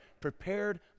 prepared